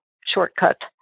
shortcut